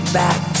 back